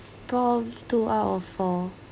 problem two out of four